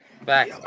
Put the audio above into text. back